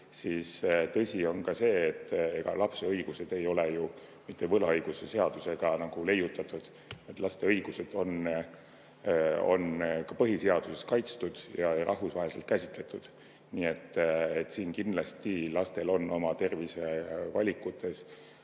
siis on tõsi, et ega lapse õigused ei ole ju mitte võlaõigusseadusega leiutatud. Laste õigused on ka põhiseaduses kaitstud ja rahvusvaheliselt käsitletud. Nii et kindlasti lastel on oma tervisevalikutes